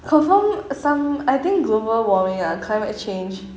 confirm some I think global warming ah climate change